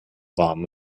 warm